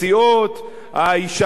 ההישארות בליכוד,